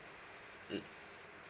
mm